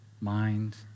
mind